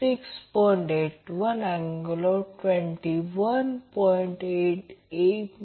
आणि येथे व्होल्टेज हे Van आहे याचा अर्थ I a Van Z Y आहे